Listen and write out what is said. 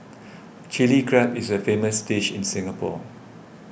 Chilli Crab is a famous dish in Singapore